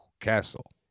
Castle